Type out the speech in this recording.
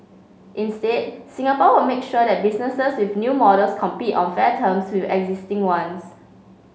instead Singapore will make sure that businesses with new models compete on fair terms with existing ones